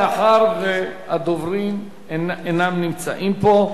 מאחר שהדוברים אינם נמצאים פה.